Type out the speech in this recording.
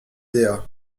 dea